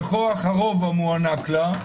בכוח הרוב המוענק לה,